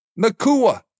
Nakua